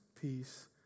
peace